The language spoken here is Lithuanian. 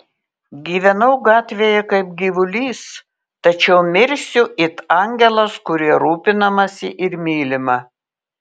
gyvenau gatvėje kaip gyvulys tačiau mirsiu it angelas kuriuo rūpinamasi ir mylima